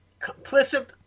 complicit